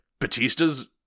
Batista's